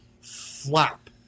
Flap